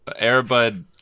airbud